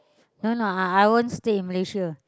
no no I I won't stay in Malaysia